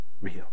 real